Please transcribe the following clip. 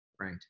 Right